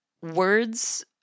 words